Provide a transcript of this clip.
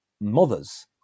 mothers